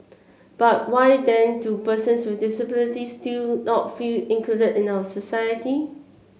but why then do persons with disabilities still not feel included in our society